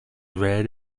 red